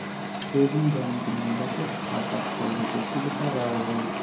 saving bank मे बचत खाता खोले के सुविधा रहो हय